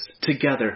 together